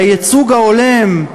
והייצוג ההולם,